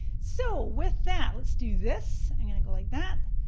so with that, let's do this, i'm gonna go like that,